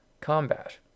combat